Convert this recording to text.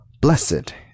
Blessed